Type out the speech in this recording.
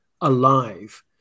alive